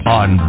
on